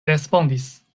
respondis